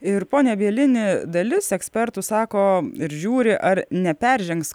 ir pone bielini dalis ekspertų sako ir žiūri ar neperžengs